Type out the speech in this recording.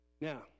Now